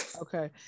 okay